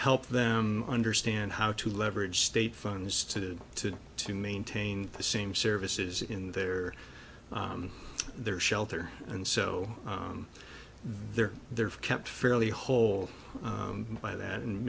help them understand how to leverage state funds to to to maintain the same services in their their shelter and so they're there for kept fairly whole by that and